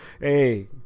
hey